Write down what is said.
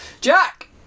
Jack